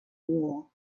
war